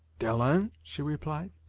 dalens? she replied.